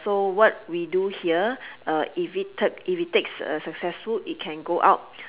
so what we do here uh if it ta~ if it takes uh successful it can go out